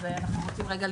אנחנו רוצים רגע,